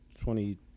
twenty